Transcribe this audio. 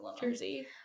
jersey